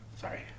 Sorry